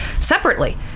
separately